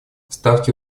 ставки